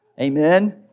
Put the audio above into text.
Amen